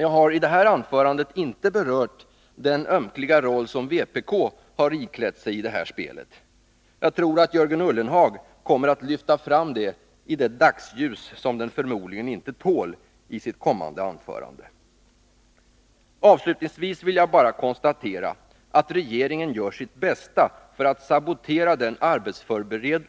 Jag har i det här anförandet inte berört den ömkliga roll som vpk har iklätt sig i det här spelet. Jag tror att Jörgen Ullenhagi sitt kommande anförande kommer att lyfta fram den i det dagsljus den förmodligen inte tål. Avslutningsvis vill jag bara konstatera att regeringen gör sitt bästa för att sabotera den